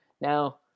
Now